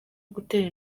gutera